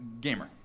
gamer